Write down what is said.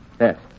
Yes